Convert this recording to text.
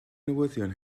newyddion